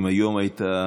אם היום היית,